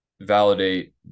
validate